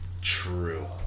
true